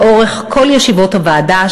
לאורך כל ישיבות הוועדה,